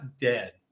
dead